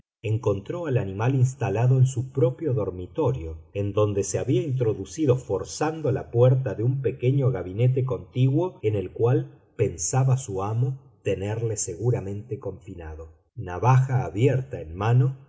encontró al animal instalado en su propio dormitorio en donde se había introducido forzando la puerta de un pequeño gabinete contiguo en el cual pensaba su amo tenerle seguramente confinado navaja abierta en mano